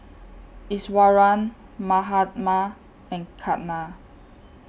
Iswaran Mahatma and Ketna